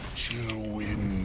to wait